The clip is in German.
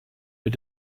mit